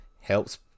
helps